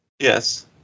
Yes